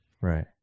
right